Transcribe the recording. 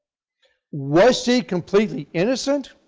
was she completely innocent,